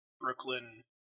Brooklyn